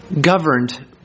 governed